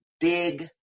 big